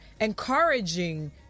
encouraging